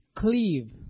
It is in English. cleave